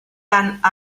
tant